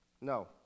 no